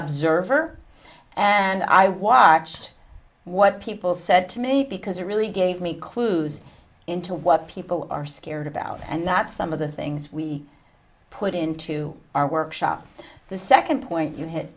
observer and i watched what people said to me because it really gave me clues into what people are scared about and that some of the things we put into our workshop the second point you hit